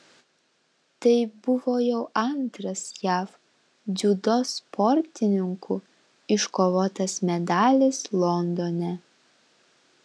tai buvo jau antras jav dziudo sportininkų iškovotas medalis londone